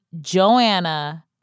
Joanna